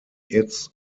its